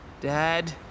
Dad